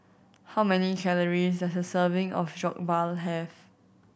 how many calories does a serving of Jokbal have